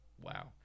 wow